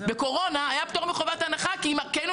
בקורונה היה פטור מחובת הנחה כי היינו